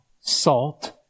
salt